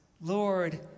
Lord